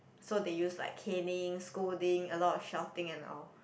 so they use like canning scolding a lot of shouting and all